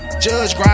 Judge